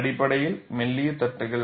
அடிப்படையில் மெல்லிய தட்டுகள்